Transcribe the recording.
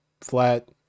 flat